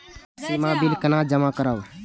सीमा bill केना जमा करब?